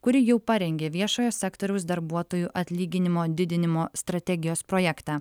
kuri jau parengė viešojo sektoriaus darbuotojų atlyginimo didinimo strategijos projektą